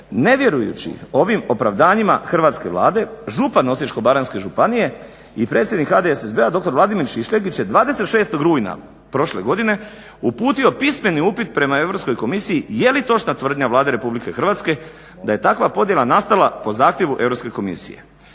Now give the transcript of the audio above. ne vjerujući ovim opravdanjima hrvatske Vlade župan Osječko-baranjske županije i predsjednik HDSSB-a dr. Vladimir Šišljagić je 26. rujna prošle godine uputio pismeni upit prema Europskoj komisija je li točna tvrdnja Vlade Republike Hrvatske da je takva podjela nastala po zahtjevu Europske komisije.